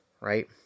Right